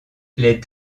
les